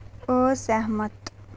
असैह्मत